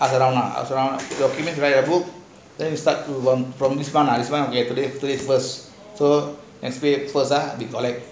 அதுலாம் வெண்ண:athulam venna documents they give a book then you start to play play first so must be a